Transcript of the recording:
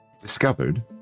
discovered